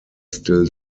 still